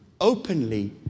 openly